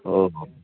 हो हो